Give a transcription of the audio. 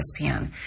ESPN